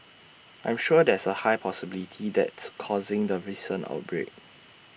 I'm sure there's A high possibility that's causing the recent outbreak